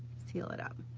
seal it up.